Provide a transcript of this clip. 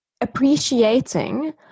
Appreciating